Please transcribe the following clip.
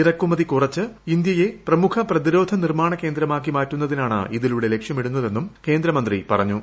ഇറക്കുമതി കുറച്ച് ഇന്ത്യയെ പ്രമുഖ പ്രതിരോധ നിർമ്മാണ കേന്ദ്രമാക്കി മാറ്റുന്നതിനാണ് ഇതിലൂടെ ലക്ഷ്യമിടുന്നതെന്നും കേന്ദ്രമന്ത്രി പറഞ്ഞു